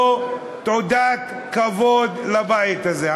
לא תעודת כבוד לבית הזה.